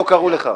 לא קראו לך.